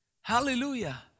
Hallelujah